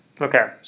Okay